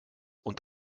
und